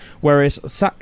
Whereas